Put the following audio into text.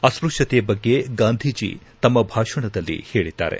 ಅಸ್ನೃತ್ಯತೆ ಬಗ್ಗೆ ಗಾಂಧೀಜಿ ತಮ್ಮ ಭಾಷಣದಲ್ಲಿ ಹೇಳಿದ್ದಾರೆ